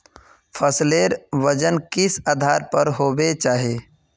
फसलेर वजन किस आधार पर होबे चही?